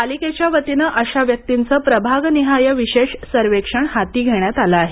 पालिकेच्या वतीने अशा व्यक्तींचे प्रभागनिहाय विशेष सर्वेक्षण हाती घेण्यात आले आहे